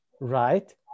right